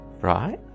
Right